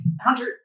Hunter